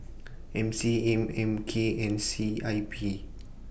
M C A M K and C I P